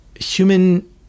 Human